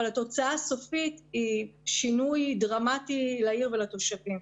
התוצאה הסופית היא שינוי דרמטי לעיר ולתושבים.